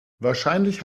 wahrscheinlich